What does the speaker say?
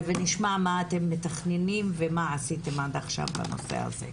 ונשמע מה אתם מתכננים ומה עשיתם עד עכשיו בנושא הזה.